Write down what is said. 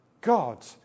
God